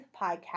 podcast